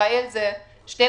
בישראל זה 12.5%,